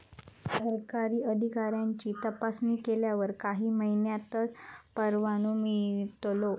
सरकारी अधिकाऱ्यांची तपासणी केल्यावर काही महिन्यांतच परवानो मिळतलो